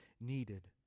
needed